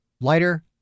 Lighter